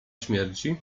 śmierci